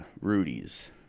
Rudy's